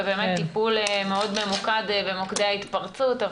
ובאמת טיפול מאוד ממוקד במוקדי ההתפרצות,